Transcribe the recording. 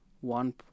one